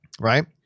Right